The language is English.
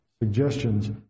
suggestions